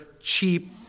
cheap